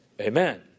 Amen